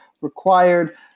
required